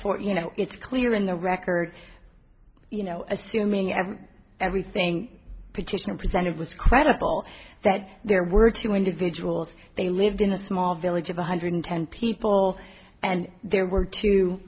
for you know it's clear in the record you know assuming of everything petitioner presented was credible that there were two individuals they lived in a small village of one hundred ten people and there were two